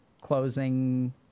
closing